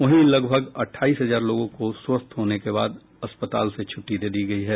वहीं लगभग अठाइस हजार लोगों को स्वस्थ होने के बाद अस्पताल से छुट्टी दे दी गयी है